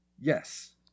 Yes